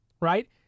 right